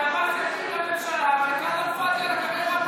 כי עבאס יפיל את הממשלה וכלאם פאדי,